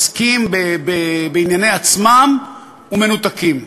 עוסקים בענייני עצמם ומנותקים?